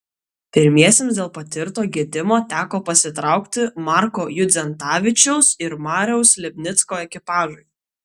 pirmiesiems dėl patirto gedimo teko pasitraukti marko judzentavičiaus ir mariaus lipnicko ekipažui